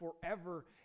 forever